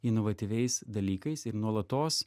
inovatyviais dalykais ir nuolatos